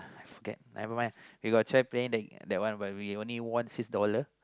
forget never mind we got try playing that that one but we only won six dollar